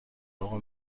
اقا